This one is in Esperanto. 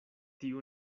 tiu